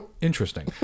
interesting